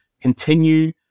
continue